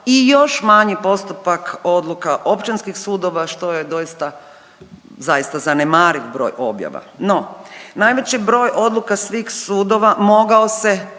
i još manji postotak odluka općinskih sudova što je doista zaista zanemariv broj objava. No, najveći broj odluka svih sudova mogao se